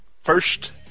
first